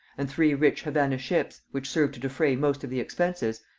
and three rich havannah ships, which served to defray most of the expenses,